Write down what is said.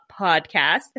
Podcast